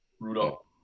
Rudolph